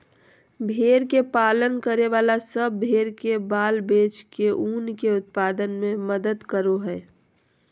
भेड़ के पालन करे वाला सब भेड़ के बाल बेच के ऊन के उत्पादन में मदद करो हई